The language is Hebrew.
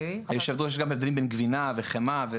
יש גם הבדלים בגבינה וחמאה,